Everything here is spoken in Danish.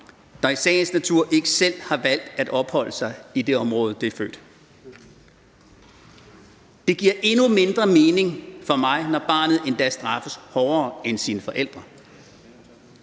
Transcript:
der i sagens natur ikke selv har valgt at opholde sig i det område, det er født i. Det giver endnu mindre mening for mig, når barnet endda straffes hårdere end sine forældre.